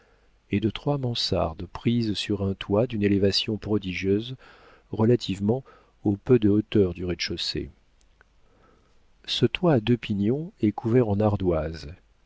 et de trois mansardes prises sur un toit d'une élévation prodigieuse relativement au peu de hauteur du rez-de-chaussée ce toit à deux pignons est couvert en ardoises